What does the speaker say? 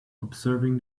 observing